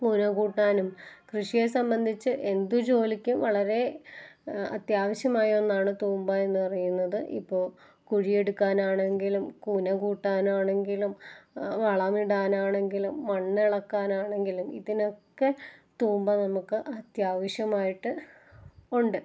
കൂന കൂടാനും കൃഷിയെ സംബന്ധിച്ച് എന്ത് ജോലിക്കും വളരെ അത്യാവശ്യമായ ഒന്നാണ് തൂമ്പ എന്ന് പറയുന്നത് ഇപ്പോൾ കുഴിയെടുക്കാനാണെങ്കിലും കൂന കൂട്ടാനാണെങ്കിലും വളമിടാനാണെങ്കിലും മണ്ണെളക്കാനാണെങ്കിലും ഇതിനക്കെ തൂമ്പ നമുക്കത്യാവശ്യമായിട്ട് ഉണ്ട്